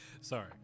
sorry